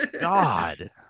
god